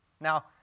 Now